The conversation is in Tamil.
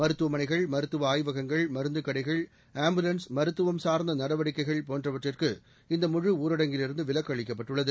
மருத்துவமனைகள் மருத்துவ ஆய்வகங்கள் மருந்துக் கடைகள் ஆம்புலன்ஸ் மருத்துவம் சார்ந்த நடவடிக்கைகள் போன்றவற்றிற்கு இந்த முழுஊரடங்கிலிருந்து விலக்களிக்கப்பட்டுள்ளது